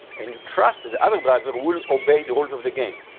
and you trust that the other driver will obey the rules of the game.